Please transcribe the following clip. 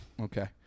Okay